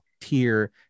tier